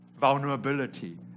vulnerability